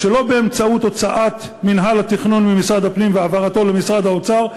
שלא באמצעות הוצאת מינהל התכנון ממשרד הפנים והעברתו למשרד האוצר.